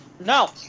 No